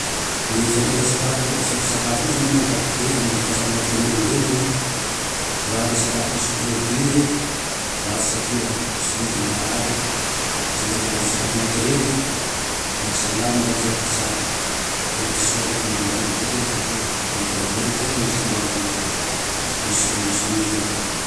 Ny fiantraika sakafo io zane amin'ny ankapobey amin'ny fahasalamatsika olombelogne, raha le sakafo misy produit reke ratsy satria chimique maharary, misy re nahandro sakafo natirely mahasala. Zay- zay ty tsara. Zay zane ty soa amin'ny maha olombelogne antikagne satria na ty vavonintegna simba o misy chimique io